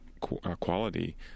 quality